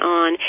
on